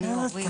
אני אורי